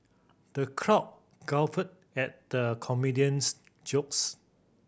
the crowd guffawed at the comedian's jokes